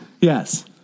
Yes